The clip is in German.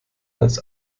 als